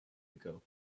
ago